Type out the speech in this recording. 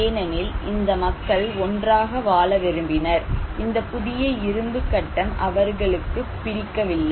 ஏனெனில் இந்த மக்கள் ஒன்றாக வாழ விரும்பினர் இந்த புதிய இரும்பு கட்டம் அவர்களுக்கு பிடிக்கவில்லை